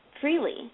freely